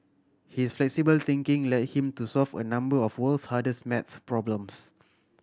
his flexible thinking led him to solve a number of world's hardest math problems